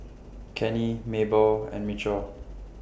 Kenny Mabelle and Michell